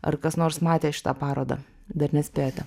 ar kas nors matė šitą parodą dar nespėjote